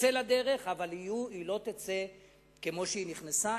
תצא לדרך, אבל היא לא תצא כמו שהיא נכנסה.